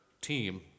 team